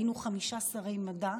היינו חמישה שרי מדע: